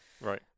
Right